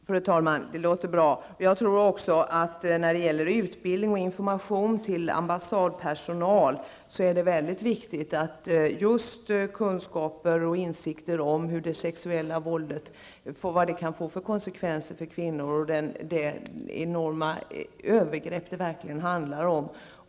Fru talman! Det låter bra. I informationen till och utbildningen av ambassadpersonalen är det viktigt att man ger kunskaper om vilka konsekvenser det sexuella våldet kan få för kvinnorna och vilket övergrepp det här egentligen handlar om.